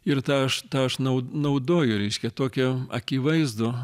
ir tą aš tą aš nau naudoju reiškia tokį akivaizdų